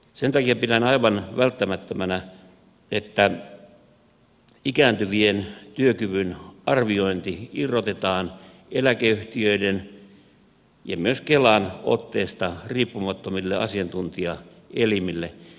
sen takia pidän aivan välttämättömänä että ikääntyvien työkyvyn arviointi irrotetaan eläkeyhtiöiden ja myös kelan otteesta riippumattomille asiantuntijaelimille